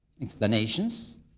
explanations